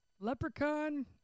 Leprechaun